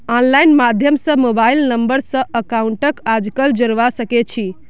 online माध्यम स mobile number स अकाउंटक आजकल जोडवा सके छी